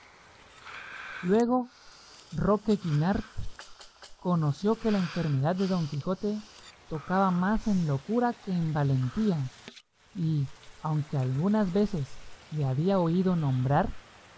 luego roque guinart conoció que la enfermedad de don quijote tocaba más en locura que en valentía y aunque algunas veces le había oído nombrar